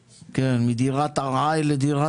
מדירת עראי לדירת קבע.